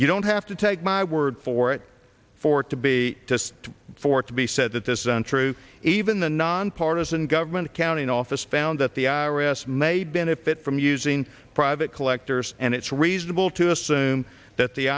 you don't have to take my word for it for it to be just for it to be said that this isn't true even the nonpartisan government accounting office found that the i r s made benefit from using private collectors and it's reasonable to assume that the